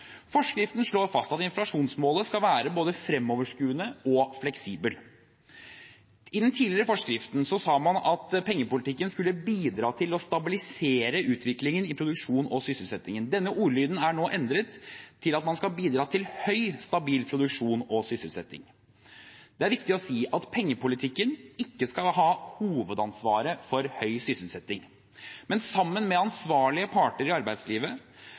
Forskriften slår fast at inflasjonsmålet skal være både fremoverskuende og fleksibelt. I den tidligere forskriften sa man at pengepolitikken «skulle bidra til å stabilisere utviklingen i produksjon og sysselsetting». Denne ordlyden er nå endret til at man skal «bidra til høy og stabil produksjon og sysselsetting». Det er viktig å si at pengepolitikken ikke skal ha hovedansvaret for høy sysselsetting. Men sammen med ansvarlige parter i arbeidslivet,